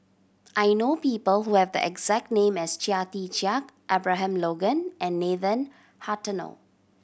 I know people who have the exact name as Chia Tee Chiak Abraham Logan and Nathan Hartono